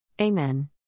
Amen